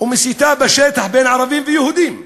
ומסיתה בשטח בין ערבים ויהודים.